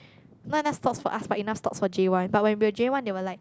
not enough slots for us but enough slots for J one but when we were J one they were like